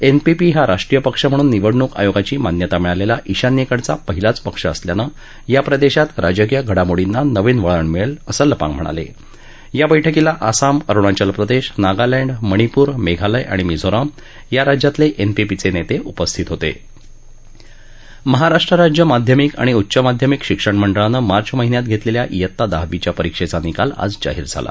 NPP हा राष्ट्रीय पक्ष म्हणून निवडणूक आयोगाची मान्यता मिळालप्ती ईशान्यक्रिडचा पहिलाच पक्ष असल्यानं या प्रदर्शात राजकीय घडामोडींना नवीन वळण मिळल्त्रि असं लपांग म्हणाला आ बैठकीला आसाम अरुणाचल प्रदध्ध नागालँड मणिपूर मध्यालय आणि मिझोराम या राज्यांतलखिपीपीचनित्त उपस्थित होत महाराष्ट्र राज्य माध्यमिक आणि उच्च माध्यमिक शिक्षणमंडळानं मार्च महिन्यात घरलिखी इयत्ता दहावीच्या परीक्षद्वा निकाल आज जाहीर झाला